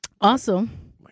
Awesome